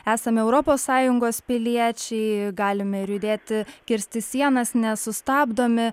esame europos sąjungos piliečiai galime ir judėti kirsti sienas nesustabdomi